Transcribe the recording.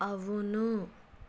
అవును